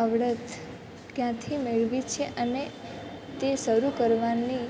આવડત ક્યાંથી મેળવી છે અને તે શરુ કરવાની